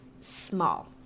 small